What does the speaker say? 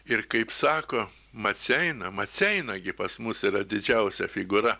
ir kaip sako maceina maceina gi pas mus yra didžiausia figūra